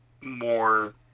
more